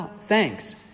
thanks